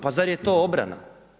Pa zar je to obrana?